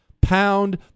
Pound